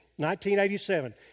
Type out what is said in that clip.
1987